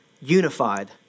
unified